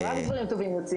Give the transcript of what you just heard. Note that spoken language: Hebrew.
רק דברים טובים יוצאים.